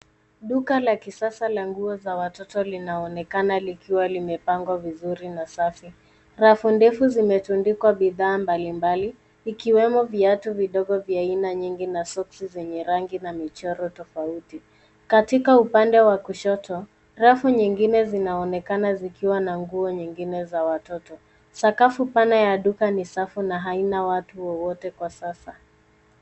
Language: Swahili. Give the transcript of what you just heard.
Duka la kisasa la nguo za watoto linaonekana likiwa limepangwa vizuri na safi. Rafu ndefu zimetundikwa bidhaa mbalimbali ikiwemo viatu vidogo vya aina nyingi na soksi zenye rangi na michoro tofauti. Katika upande wa kushoto, rafu nyingine zinaonekana zikiwa na nguo nyingine za watoto. Sakafu pana ya duka ni safi na haina watu wowote kwa sasa.